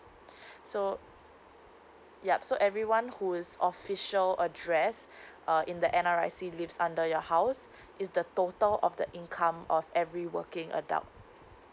so yup so everyone who is official address uh in the N_R_I_C live under your house is the total of the income of every working adult